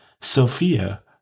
Sophia